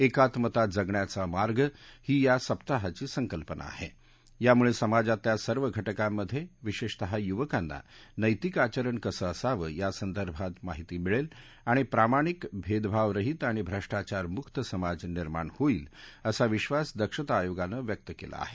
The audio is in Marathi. एकात्मता जगण्याचा मार्ग ही या सप्ताहाची संकल्पना आहे यामुळे समाजातल्या सर्व घटकांमध्ये विशेषतः युवकांना नैतिक आचरण कसं असावं यासंदर्भात माहिती मिळेल आणि प्रामाणिक भेदभाव रहित आणि भ्रष्टाचारमुक समाज निर्माण होईल असा विधास दक्षता आयोगानं व्यक्त केला आहे